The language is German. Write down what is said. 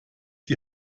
die